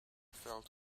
felt